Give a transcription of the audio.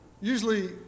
Usually